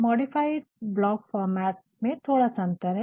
modified block format में थोड़ा सा अंतर है